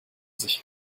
sich